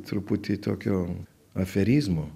truputį tokio aferizmo